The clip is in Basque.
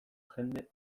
jende